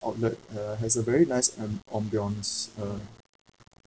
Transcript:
outlet uh has a very nice um ambience uh